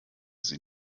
sie